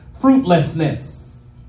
fruitlessness